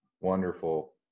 Wonderful